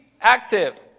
active